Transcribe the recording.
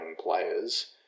players